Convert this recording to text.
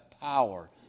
power